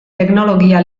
teknologia